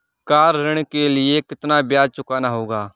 Car ऋण के लिए कितना ब्याज चुकाना होगा?